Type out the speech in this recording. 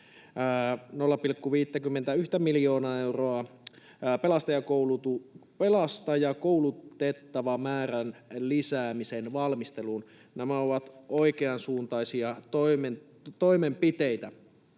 0,51 miljoonaa euroa pelastajakoulutettavien määrän lisäämisen valmisteluun. Nämä ovat oikeansuuntaisia toimenpiteitä.